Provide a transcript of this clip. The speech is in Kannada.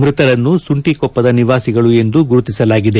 ಮೃತರನ್ನು ಸುಂಟಿಕೊಪ್ಪದ ನಿವಾಸಿಗಳು ಎಂದು ಗುರುತಿಸಲಾಗಿದೆ